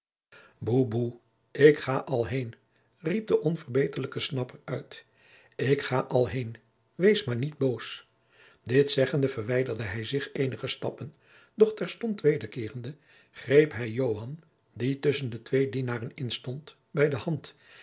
ik ga al heen riep de onverbeterlijke snapper uit ik ga al heen wees maar niet boos dit zeggende verwijderde hij zich eenige stappen doch terstond wederkeerende greep hij joan die tusschen de twee dienaren instond bij de hand